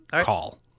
call